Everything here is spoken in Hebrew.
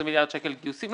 20 מיליארד שקל גיוסים?